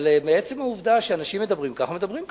אבל מעצם העובדה שאנשים מדברים כך, מדברים כך.